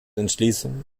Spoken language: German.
entschließung